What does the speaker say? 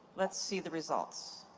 let's see the results.